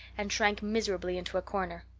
and shrank miserably into a corner.